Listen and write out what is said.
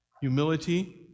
Humility